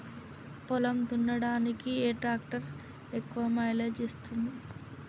పొలం దున్నడానికి ఏ ట్రాక్టర్ ఎక్కువ మైలేజ్ ఇస్తుంది?